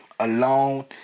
alone